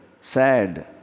sad